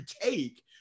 take